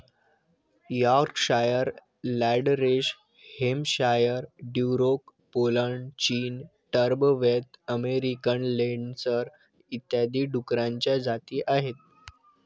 Yorkshire, Landrace Hampshire, Duroc Poland, चीन, Tamworth American लेन्सडर इत्यादी डुकरांच्या जाती आहेत